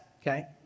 okay